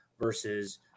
versus